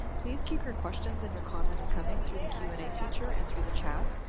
please keep your questions and your comments coming through the q and a feature and through the chat,